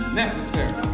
necessary